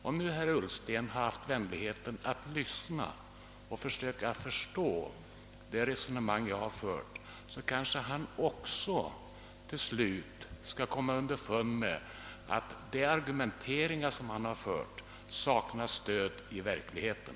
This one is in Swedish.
Om herr Ullsten nu haft vänligheten att lyssna till och försökt förstå mitt resonemang, kanske han också till slut skall komma underfund med att hans argumentering saknar stöd i verkligheten.